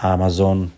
Amazon